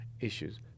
issues